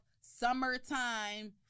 summertime